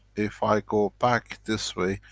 if i go back this way,